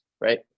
right